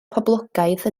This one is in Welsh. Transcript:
poblogaidd